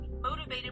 motivated